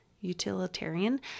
utilitarian